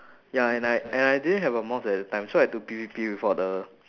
ya and I and I didn't have a mouse at that time so I had to P_V_P without a